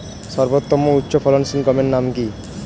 সর্বতম উচ্চ ফলনশীল গমের নাম কি?